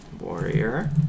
Warrior